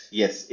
yes